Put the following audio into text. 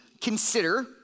consider